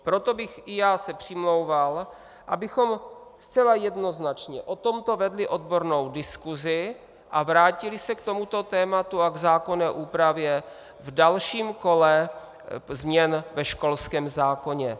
Proto bych se i já přimlouval, abychom zcela jednoznačně o tomto vedli odbornou diskusi a vrátili se k tomuto tématu a k zákonné úpravě v dalším kole změn ve školském zákonu.